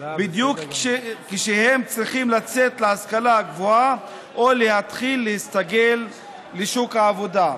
בדיוק כשהם צריכים לצאת להשכלה גבוהה או להתחיל להסתגל לשוק העבודה.